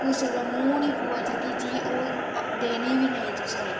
कुसै दे मूंह् नी पौऐ जेह्की चीज ओह् देनी बी नेईं तुसें